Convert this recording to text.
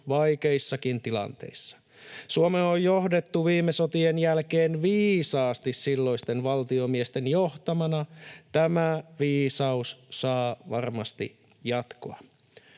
vaikeissakin tilanteissa. Suomea on johdettu viime sotien jälkeen viisaasti silloisten valtiomiesten johtamana. Tämä viisaus saa varmasti jatkoa.